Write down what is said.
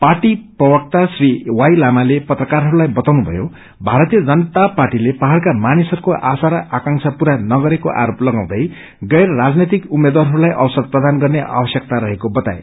party प्रक्ता Shri Y लामाले पसत्राकारहरूलाई बाताउनुभयो भारतीय जनता पार्टीले पाहाड़का मानिसहरूको आशा र आकांबा पूरा नगरेको आरोप लागाउँदै गैर राजनैतिक उम्मेद्यारहरूलाई अवसर प्रदान गर्ने आवश्यकता रहेको बताए